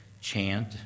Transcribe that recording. chant